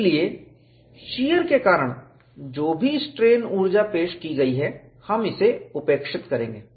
इसलिए शीयर के कारण जो भी स्ट्रेन ऊर्जा पेश की गई है हम इसे उपेक्षित करेंगे